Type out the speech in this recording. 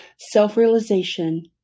Self-realization